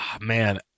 Man